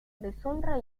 deshonra